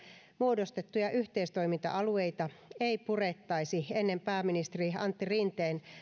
muodostettuja yhteistoiminta alueita ei purettaisi ennen pääministeri antti rinteen